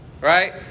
right